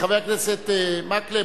חבר הכנסת מקלב,